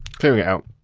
clearing it out.